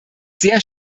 sehr